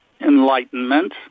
enlightenment